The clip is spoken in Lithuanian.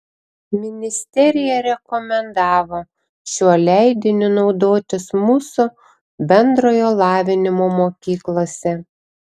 ministerija rekomendavo šiuo leidiniu naudotis mūsų bendrojo lavinimo mokyklose